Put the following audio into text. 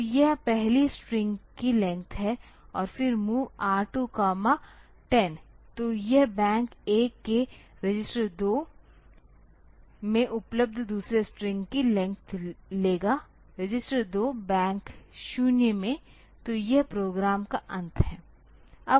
तो यह पहली स्ट्रिंग की लेंथ है और फिर MOV R210 तो यह बैंक 1 के रजिस्टर 2 में उपलब्ध दूसरे स्ट्रिंग की लेंथ लेगा रजिस्टर 2 बैंक 0 में तो यह प्रोग्राम का अंत है